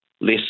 less